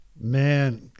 man